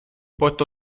porto